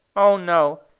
oh, no!